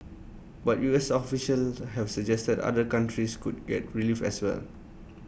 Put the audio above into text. but U S officials have suggested other countries could get relief as well